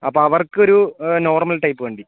അപ്പോൾ അവർക്കൊരു normal type വണ്ടി